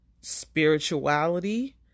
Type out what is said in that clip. spirituality